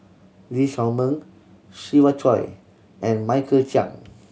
Lee Shao Meng Siva Choy and Michael Chiang